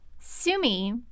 Sumi